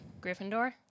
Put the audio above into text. Gryffindor